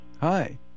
Hi